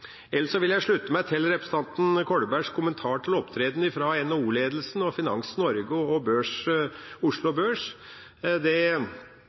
Ellers vil jeg slutte meg til representanten Kolbergs kommentar til opptredenen fra NHO-ledelsen og Finans-Norge og Oslo Børs.